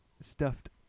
stuffed